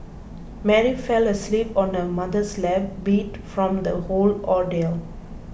Mary fell asleep on her mother's lap beat from the whole ordeal